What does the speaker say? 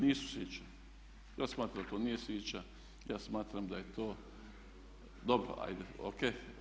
Nisu sića, ja smatram da to nije sića, ja smatram da je to … [[Upadica se ne razumije.]] Dobro, ajde ok.